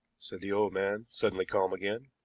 said the old man, suddenly calm again.